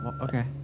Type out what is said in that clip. Okay